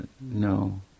no